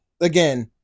again